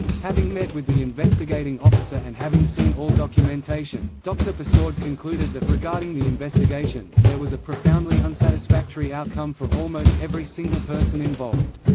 having met with the investigating officer and having seen all documentation, dr persaud concluded that regarding the investigation, there was a profoundly unsatisfactory outcome for almost every single person involved